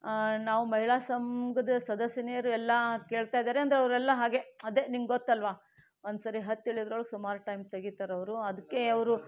ನಾವು ಮಹಿಳಾ ಸಂಘ ಸದಸ್ಯಿನಿಯರು ಎಲ್ಲ ಕೇಳ್ತಾಯಿದ್ದಾರೆ ಅಂದರೆ ಅವರೆಲ್ಲಾ ಹಾಗೇ ಅದೇ ನಿನಗೆ ಗೊತ್ತಲ್ವ ಒಂದು ಸರಿ ಹತ್ತಿ ಇಳಿಯೋದ್ರೊಳಗೆ ಸುಮಾರು ಟೈಮ್ ತೆಗಿತಾರೆ ಅವರು ಅದಕ್ಕೆ ಅವರು